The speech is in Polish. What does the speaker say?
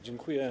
Dziękuję.